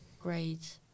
great